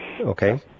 Okay